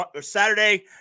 Saturday